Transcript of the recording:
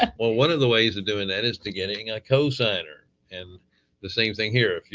ah well, one of the ways of doing that is to getting a co-signer and the same thing here.